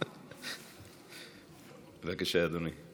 בבקשה, אדוני.